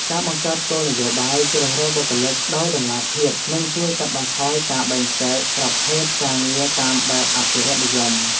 ការបង្កើតគោលនយោបាយជ្រើសរើសបុគ្គលិកដោយតម្លាភាពនឹងជួយកាត់បន្ថយការបែងចែកប្រភេទការងារតាមបែបអភិរក្សនិយម។